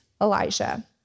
Elijah